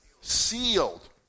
sealed